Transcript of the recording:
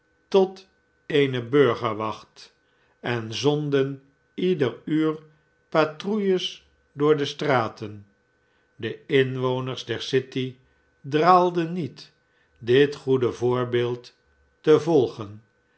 tot eene burgerwacht en zonden ieder uur patrouilles door de straten de inwoners der city draalden niet dit goede voorbeeldtevolgen en